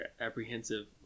apprehensive